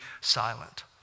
silent